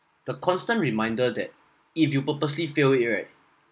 the constant reminder that if you purposely fail it right